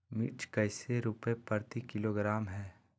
मिर्च कैसे रुपए प्रति किलोग्राम है?